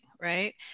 right